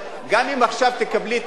גם אם עכשיו תקבלי את ההצעה,